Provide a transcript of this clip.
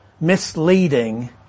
misleading